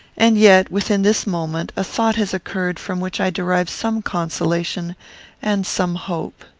and yet, within this moment, a thought has occurred from which i derive some consolation and some hope.